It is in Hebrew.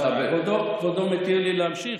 כבודו מתיר לי להמשיך?